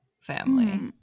family